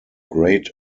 great